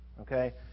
okay